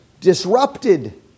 disrupted